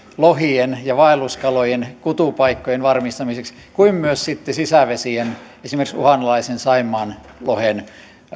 lohien ja vaelluskalojen kutupaikkojen varmistamiseksi kuin myös sitten sisävesien esimerkiksi uhanalaisen saimaanlohen